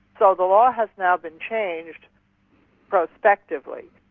so the law has now been changed prospectively.